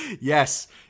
Yes